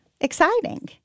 exciting